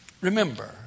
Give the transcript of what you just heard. Remember